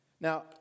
Now